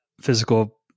physical